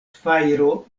fajro